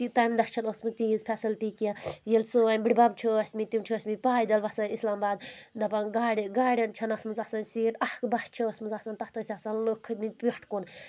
یہِ تَمہِ دۄہ چھنہٕ ٲسۍ مٕژ تیٖژ فیسلٹی کینٛہہ ییٚلہِ سٲنۍ بٕڈبب چھِ ٲسۍ مٕتۍ تِم چھِ ٲسۍ مٕتۍ پیدل وَسان اسلامباد دَپان گاڑٮ۪ن گاڑٮ۪ن چھنہٕ ٲسۍ مٕتۍ آسان سیٖٹطسعاتظ اَکھ بس چھےٚ ٲس مٕژ آسان تَتھ ٲسۍ آسان لُکھ کھٔتۍ مٕتۍ پٮ۪ٹھ کُن